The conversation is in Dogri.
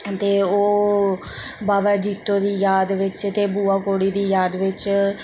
ते ओह् बाबा जित्तो दी याद बिच्च ते बुआ कौड़ी दी याद बिच्च